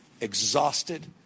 exhausted